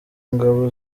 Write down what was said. ngabo